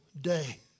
day